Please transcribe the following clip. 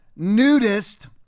nudist